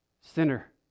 sinner